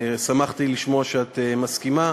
שמחתי לשמוע שאת מסכימה,